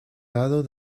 lado